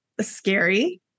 scary